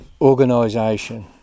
organisation